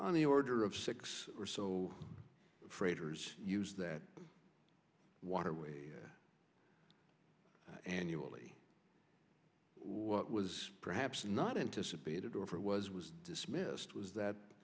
on the order of six or so freighters use that waterway annually what was perhaps not anticipated or for was was dismissed was that